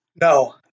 No